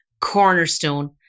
cornerstone